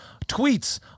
tweets